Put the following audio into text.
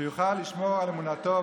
שיוכל לשמור על אמונתו,